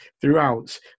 throughout